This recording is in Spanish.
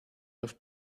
los